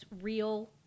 real